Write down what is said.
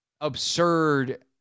absurd